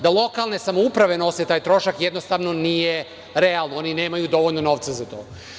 Da lokalne samouprave snose taj trošak, jednostavno, nije realno, oni nemaju dovoljno novca za to.